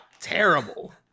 terrible